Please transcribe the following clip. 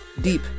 deep